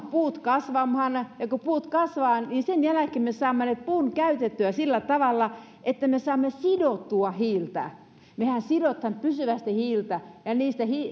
puut kasvamaan ja kun puut kasvavat sen jälkeen me saamme puun käytettyä sillä tavalla että me saamme sidottua hiiltä mehän sidomme pysyvästi hiiltä kun niistä